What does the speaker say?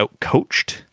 outcoached